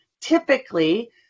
typically